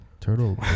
turtle